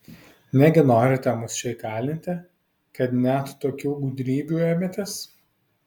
negi norite mus čia įkalinti kad net tokių gudrybių ėmėtės